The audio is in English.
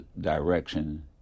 direction